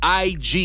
IG